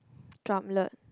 drumlet